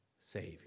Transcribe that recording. Savior